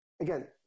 Again